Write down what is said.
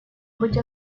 быть